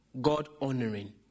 God-honoring